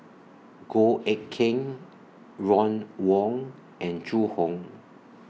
Goh Eck Kheng Ron Wong and Zhu Hong